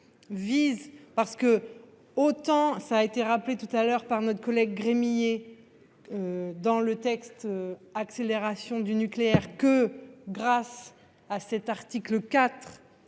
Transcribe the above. parce que autant ça été rappelé tout à l'heure par notre collègue Gremillet. Dans le texte accélération du nucléaire que grâce à cet article 4